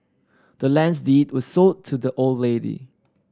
the land's deed was sold to the old lady